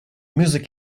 music